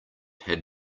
had